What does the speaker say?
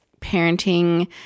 parenting